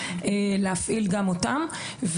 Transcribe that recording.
להפעיל גם אותם.